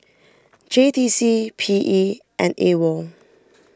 J T C P E and Awol